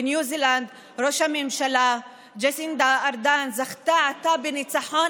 בניו זילנד ראש הממשלה ג'סינדה ארדרן זכתה עתה בניצחון